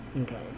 Okay